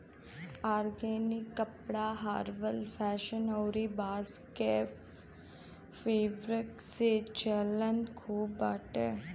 organic कपड़ा herbal fashion अउरी बांस के फैब्रिक के चलन खूब बाटे